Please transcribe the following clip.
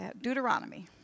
Deuteronomy